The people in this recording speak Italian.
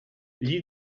gli